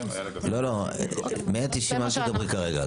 לא, 190 אל תדברי כרגע.